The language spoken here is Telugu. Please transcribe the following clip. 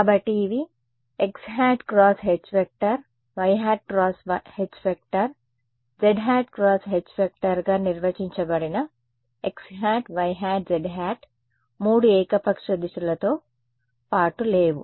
కాబట్టి ఇవి xˆ× H yˆ × H zˆ × H గా నిర్వచించబడిన xˆ yˆ zˆ 3 ఏకపక్ష దిశలతో పాటు లేవు